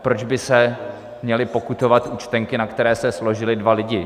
Proč by se měly pokutovat účtenky, na které se složili dva lidi?